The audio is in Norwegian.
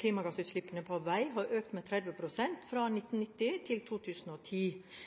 Klimagassutslippene på vei har økt med 30 pst. fra 1990 til 2010.